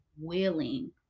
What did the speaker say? willing